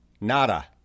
Nada